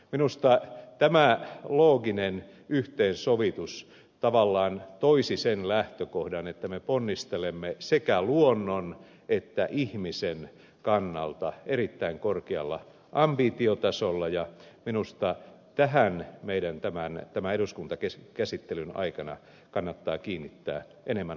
minusta tämä looginen yhteensovitus tavallaan toisi sen lähtökohdan että me ponnistelemme sekä luonnon että ihmisen kannalta erittäin korkealla ambitiotasolla ja minusta tähän meidän tämän eduskuntakäsittelyn aikana kannattaa kiinnittää enemmän huomiota